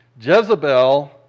Jezebel